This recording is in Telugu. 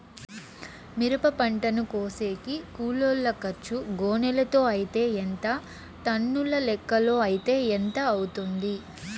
మిరప పంటను కోసేకి కూలోల్ల ఖర్చు గోనెలతో అయితే ఎంత టన్నుల లెక్కలో అయితే ఎంత అవుతుంది?